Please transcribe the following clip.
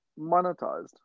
monetized